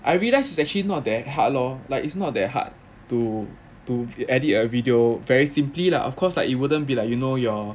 I realize it's actually not that hard lor like it's not they're hard to to edit a video very simply lah of course like you wouldn't be like you know your